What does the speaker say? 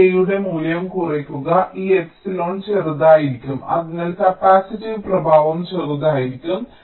ഈ k യുടെ മൂല്യം കുറയ്ക്കുക ഈ എപ്സിലോൺ ചെറുതായിരിക്കും അതിനാൽ കപ്പാസിറ്റീവ് പ്രഭാവം ചെറുതായിരിക്കും